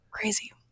Crazy